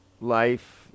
life